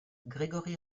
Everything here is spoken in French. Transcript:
gregory